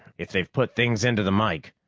if they've put things into the mike,